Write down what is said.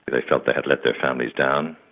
they felt they had let their families down,